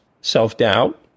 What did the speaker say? self-doubt